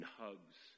hugs